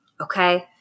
okay